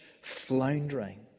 floundering